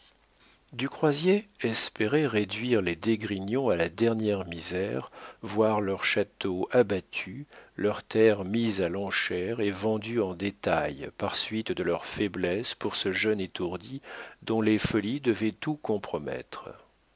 du croisier espérait réduire les d'esgrignon à la dernière misère voir leur château abattu leurs terres mises à l'enchère et vendues en détail par suite de leur faiblesse pour ce jeune étourdi dont les folies devaient tout compromettre